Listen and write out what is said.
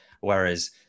Whereas